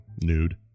Nude